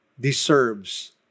deserves